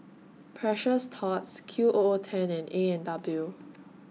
Precious Thots Q O O ten and A N W